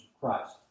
Christ